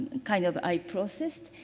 kind of i processed.